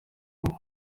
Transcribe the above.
ubu